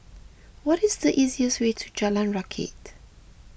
what is the easiest way to Jalan Rakit